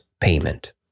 payment